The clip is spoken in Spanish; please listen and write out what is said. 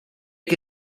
que